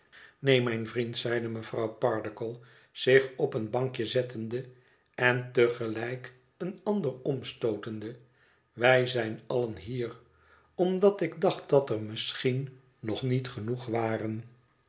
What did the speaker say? neen mijn vriend zeide mevrouw pardiggle zich op een bankje zettende en te gelijk een ander omstootende wij zijn allen hier omdat ik dacht dat er misschien nog niet genoeg waren